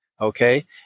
okay